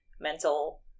mental